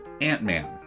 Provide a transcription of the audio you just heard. ant-man